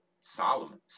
Solomon